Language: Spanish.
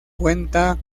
cuenta